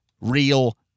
real